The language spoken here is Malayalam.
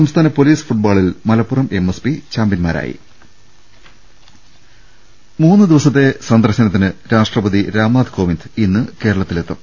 സംസ്ഥാന പൊലീസ് ഫുട്ബോളിൽ മലപ്പുറം എം എസ്പി ചാമ്പ്യൻമാരായി മൂന്ന് ദിവസത്തെ സന്ദർശനത്തിന് രാഷ്ട്രപതി രാംനാഥ് കോവിന്ദ് ഇന്ന് കേരളത്തിലെത്തും